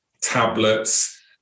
tablets